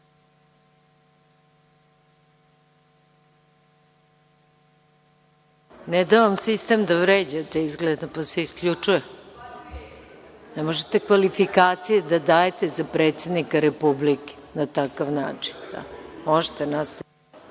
Ne da vam sistem da vređate, izgleda, pa se isključuje. Ne možete kvalifikacije da dajete za predsednika Republike na takav način. Možete nastaviti.